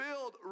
build